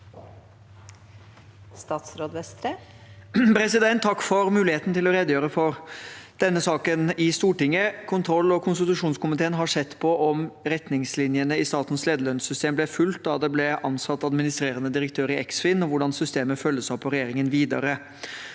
Takk for muligheten til å redegjøre for denne saken i Stortinget. Kontroll- og konstitusjonskomiteen har sett på om retningslinjene i Statens lederlønnssystem ble fulgt da det ble ansatt administrerende direktør i Eksfin, og hvordan systemet følges opp av regjeringen videre.